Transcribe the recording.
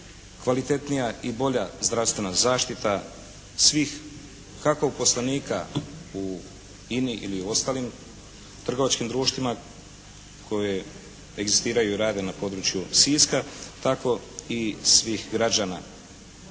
kvalitetnija i bolja zdravstvena zaštita svih kako uposlenika u INA-i ili u ostalim trgovačkim društvima koje egzistiraju i rade na području Siska tako i svih građana.